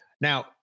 Now